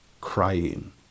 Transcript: crying